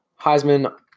Heisman